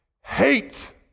hate